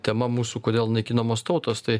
tema mūsų kodėl naikinamos tautos tai